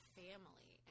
family